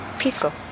Peaceful